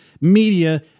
media